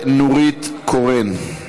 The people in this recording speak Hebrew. נורית קורן.